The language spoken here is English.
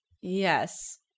Yes